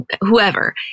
whoever